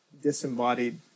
disembodied